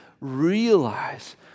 realize